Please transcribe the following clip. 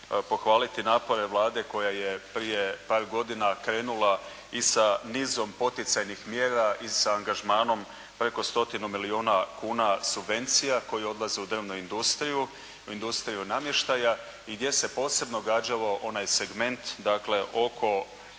pohvaliti napore Vlade koja je prije par godina krenula i sa nizom poticajnim mjera i sa angažmanom preko stotinu milijuna kuna subvencija koje odlaze u drvnu industriju, industriju namještaja i gdje se posebno gađalo onaj segment, dakle oko